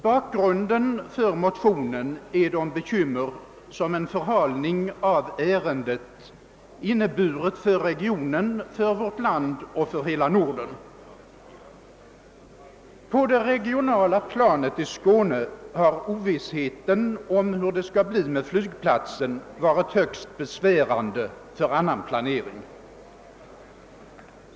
Bakgrunden till motionen är de bekymmer som en förhalning av ärendet inneburit för regionen, för vårt land och för hela Norden. På det regionala planet i Skåne har ovissheten om hur det skulle bli med flygplatsen varit högst besvärande för annan planering.